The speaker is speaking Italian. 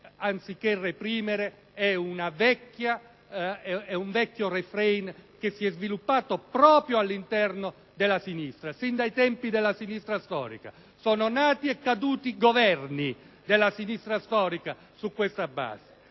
anziché reprimere è un vecchio *refrain* che si è sviluppato proprio nell'ambito della sinistra, sin dai tempi della sinistra storica; sono nati e caduti Governi della sinistra storica su questa base.